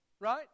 Right